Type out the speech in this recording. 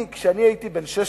אני, כשהייתי בן 16,